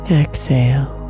exhale